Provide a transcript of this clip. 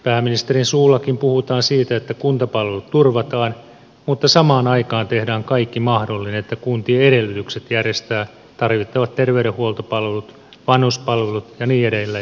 pääministerin suullakin puhutaan siitä että kuntapalvelut turvataan mutta samaan aikaan tehdään kaikki mahdollinen että kuntien edellytykset järjestää tarvittavat terveydenhuoltopalvelut vanhuspalvelut ja niin edelleen